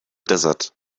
desert